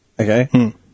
Okay